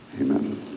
Amen